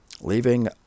leaving